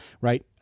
right